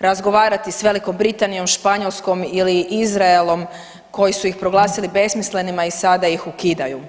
razgovarati s Velikom Britanijom, Španjolskom ili Izraelom koji su ih proglasili besmislenima i sada ih ukidaju.